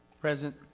Present